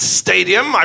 stadium